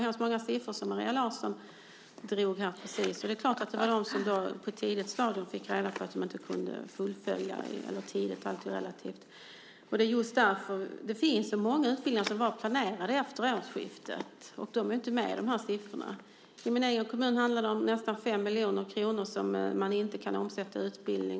Och det är klart att det var en del som på ett ganska tidigt stadium fick reda på att de inte skulle kunna fullfölja sin utbildning. Det var många utbildningar som var planerade till efter årsskiftet, och de finns inte med i dessa siffror. I min egen kommun handlar det om nästan 5 miljoner kronor som man inte kan omsätta i utbildning.